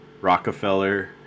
Rockefeller